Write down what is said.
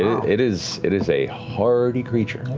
it is it is a hardy creature.